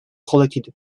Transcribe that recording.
collected